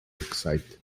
site